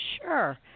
Sure